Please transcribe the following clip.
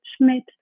Schmidt